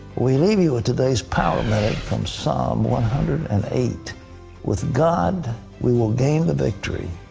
we leave you with today's power minute from psalm one hundred and eight with god we will gain the victory,